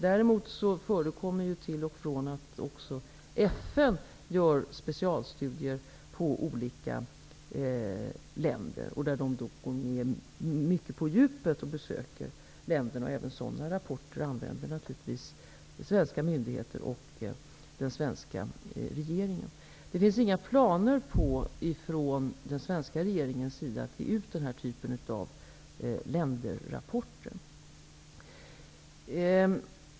Däremot förekommer det till och från att också FN gör specialstudier av olika länder, där man går mycket på djupet och besöker länderna. Svenska myndigheter och den svenska regeringen använder naturligtvis sådana rapporter. Regeringen har dock inga planer på att ge ut den typen av länderrapporter.